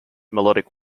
melodic